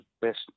best